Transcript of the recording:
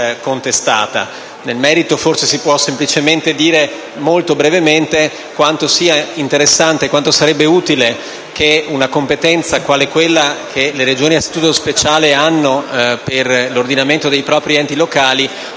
Nel merito si può forse semplicemente dire, molto brevemente, quanto sarebbe interessante e utile che una competenza quale quella che le Regioni a Statuto speciale hanno per l'ordinamento dei propri enti locali